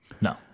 No